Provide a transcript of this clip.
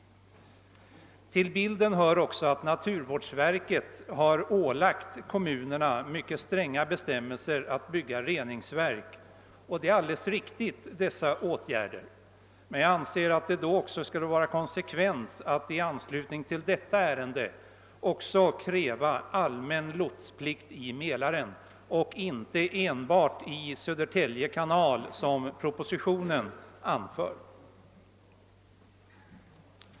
Till bilden hör också att naturvårdsverket har ålagt kommunerna mycket stränga förpliktelser i fråga om att bygga reningsverk. Detta är alldeles riktigt, och det är då konsekvent att i anslutning till nu föreliggande ärende också kräva allmän lotsplikt i Mälaren och inte enbart i Södertälje kanal som propositionen gör.